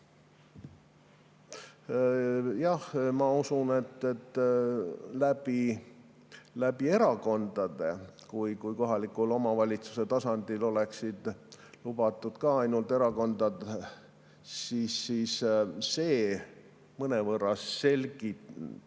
Jah, ma usun, et erakondade kaudu, kui kohaliku omavalitsuse tasandil oleksid lubatud ka ainult erakonnad, siis see mõnevõrra selgindaks